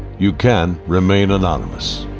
you can remain anonymous.